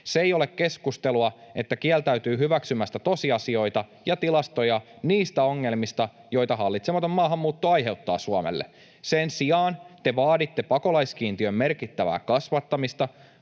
Se ei ole keskustelua, että kieltäytyy hyväksymästä tosiasioita ja tilastoja niistä ongelmista, joita hallitsematon maahanmuutto aiheuttaa Suomelle. Sen sijaan te vaaditte pakolaiskiintiön merkittävää kasvattamista,